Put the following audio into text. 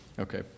okay